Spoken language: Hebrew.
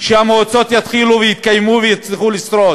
שהמועצות יתחילו ויתקיימו ויצליחו לשרוד,